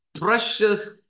precious